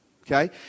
Okay